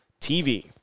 TV